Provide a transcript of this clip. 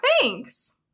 Thanks